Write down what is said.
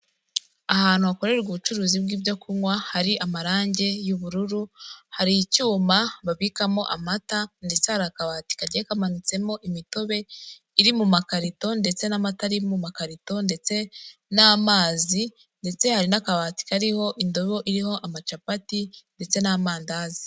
Ahantu hakorerwa ubucuruzi bw'ibyo kunywa, hari amarange y'ubururu, hari icyuma babikamo amata, ndetse hari akabati kagiye kamanutsemo imitobe iri mu makarito, ndetse n'amata ari mu makarito, ndetse n'amazi, ndetse hari n'akabati kariho indobo iriho amacapati ndetse n'amandazi.